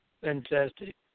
Fantastic